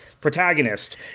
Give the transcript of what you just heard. protagonist